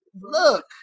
Look